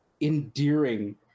endearing